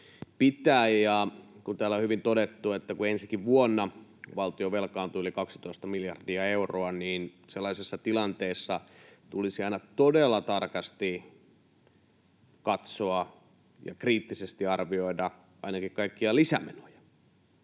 Kuten täällä on hyvin todettu, että kun ensikin vuonna valtio velkaantuu yli 12 miljardia euroa, niin sellaisessa tilanteessa tulisi aina todella tarkasti katsoa ja kriittisesti arvioida ainakin kaikkia lisämenoja.